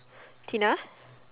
Tina